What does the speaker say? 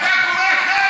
שר ביטחון.